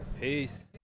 Peace